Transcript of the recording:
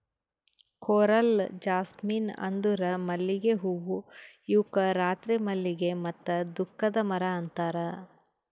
coral jasmine ಅಂದುರ್ ಮಲ್ಲಿಗೆ ಹೂವು ಇವುಕ್ ರಾತ್ರಿ ಮಲ್ಲಿಗೆ ಮತ್ತ ದುಃಖದ ಮರ ಅಂತಾರ್